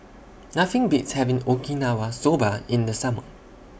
Nothing Beats having Okinawa Soba in The Summer